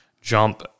jump